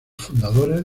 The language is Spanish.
fundadores